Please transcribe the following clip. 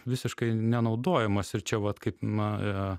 visiškai nenaudojamos ir čia vat kaip na